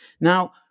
Now